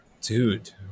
Dude